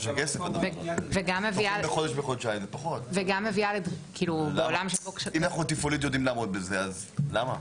אם אנחנו תפעולית יודעים לעמוד בזה, אז למה?